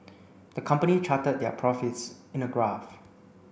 the company charted their profits in a graph